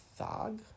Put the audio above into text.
Thog